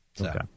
Okay